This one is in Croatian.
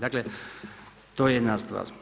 Dakle to je jedna stvar.